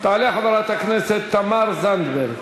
תעלה חברת הכנסת תמר זנדברג,